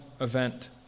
event